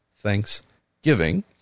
thanksgiving